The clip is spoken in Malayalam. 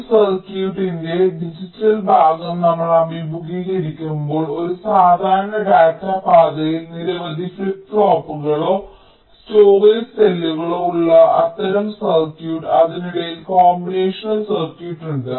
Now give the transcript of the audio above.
ഒരു സർക്യൂട്ടിന്റെ ഡിജിറ്റൽ ഭാഗം നമ്മൾ അഭിമുഖീകരിക്കുമ്പോൾ ഒരു സാധാരണ ഡാറ്റാ പാതയിൽ നിരവധി ഫ്ലിപ്പ് പോപ്പുകളോ സ്റ്റോറേജ് സെല്ലുകളോ ഉള്ള അത്തരം സർക്യൂട്ട് അതിനിടയിൽ കോമ്പിനേഷണൽ സർക്യൂട്ടുകൾ ഉണ്ട്